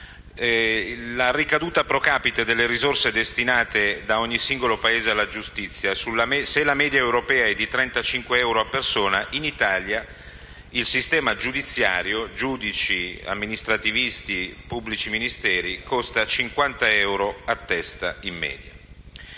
alla ricaduta *pro capite* delle risorse destinate da ogni singolo Paese alla giustizia, se la media europea è di 35 euro a persona, in Italia il sistema giudiziario (giudici, pubblici ministeri, personale amministrativo) costa 50 euro a persona, in media.